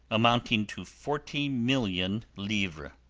amounting to forty million livres.